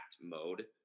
mode